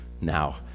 now